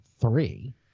three